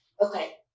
okay